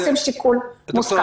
עושים שיקול מושכל.